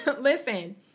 listen